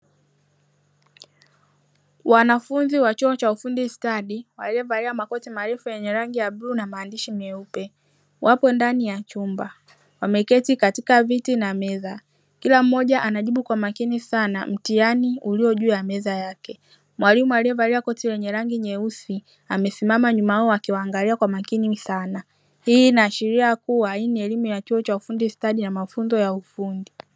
Wanafunzi wa chuo cha ufundi standi, waliovalia makoti marefu yenye rangi ya bluu na maandishi meupe. Wapo ndani ya chumba. Wameketi katika viti na meza . Kila mmoja anajibu kwa makini sana mtihani ulio juu ya meza yake. Mwalimu alievalia koti lenye rangi nyeusi amesimama nyuma yao akiwaangaia kwa makini sana. Hii inaashiria kua hii ni eimun ya ufundi stadi na mafunzo ya ufundi.